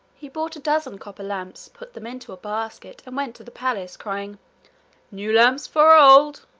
he bought a dozen copper lamps, put them into a basket, and went to the palace, crying new lamps for old!